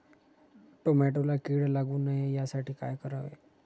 टोमॅटोला कीड लागू नये यासाठी काय करावे?